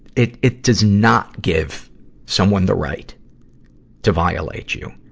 it, it does not give someone the right to violate you.